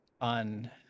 on